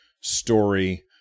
story